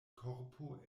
korpo